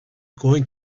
going